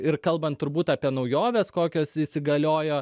ir kalbant turbūt apie naujoves kokios įsigaliojo